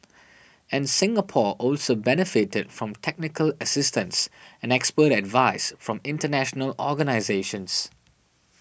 and Singapore also benefited from technical assistance and expert advice from international organisations